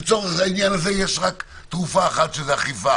לצורך העניין הזה יש רק תרופה אחת, שזה אכיפה